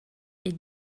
est